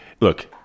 look